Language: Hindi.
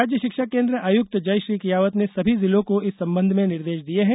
राज्य शिक्षा केन्द्र आयुक्त जयश्री कियावत ने सभी जिलों को इस संबंध में निर्देश दिये हैं